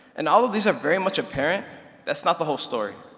and all of these are very much apparent that's not the whole story.